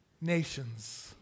nations